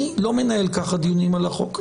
אני לא מנהל ככה דיונים על החוק.